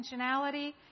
intentionality